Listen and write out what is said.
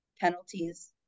penalties